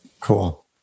Cool